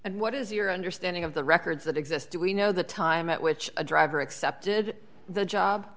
and what is your understanding of the records that exist do we know the time at which a driver accepted the job